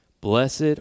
Blessed